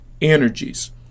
energies